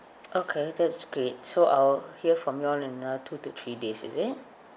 okay that is great so I'll hear from you all in uh two to three days is it